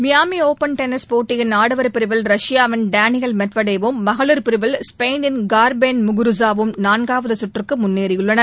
Miami open tennis போட்டியின் ஆடவர் பிரிவில் ரஷ்யாவின் டேனியல் மெட்வடேவ்வும் மகளிர் பிரிவில் ஸ்பெயினின் கார்பின் முகுருஜா நான்காவது கற்றுக்கு முன்னேறியுள்ளனர்